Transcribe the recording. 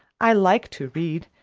i like to read,